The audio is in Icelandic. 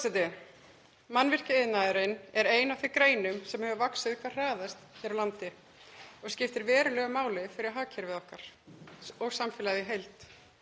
Forseti. Mannvirkjaiðnaðurinn er ein af þeim greinum sem hafa vaxið hvað hraðast hér á landi og skiptir verulegu máli fyrir hagkerfið okkar og samfélagið í heild.